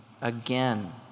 again